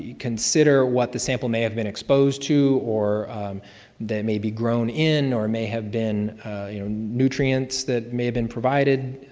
consider what the sample may have been exposed to or that may be grown in, or may have been you know nutrients that may have been provided.